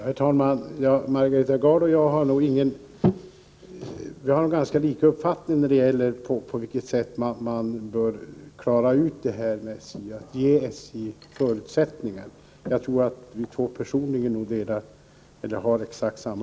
Herr talman! Margareta Gard och jag har nog ganska likartade uppfattningar om hur man bör ge SJ de förutsättningar som behövs.